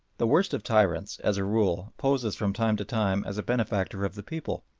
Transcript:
the worst of tyrants, as a rule, poses from time to time as a benefactor of the people,